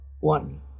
one